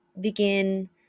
begin